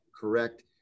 correct